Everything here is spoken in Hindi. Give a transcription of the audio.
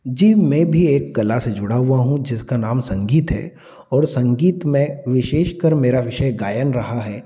जी मैं भी एक कला से जुड़ा हुआ हूँ जिसका नाम संगीत है और संगीत मैं विशेषकर मेरा विषय गायन रहा है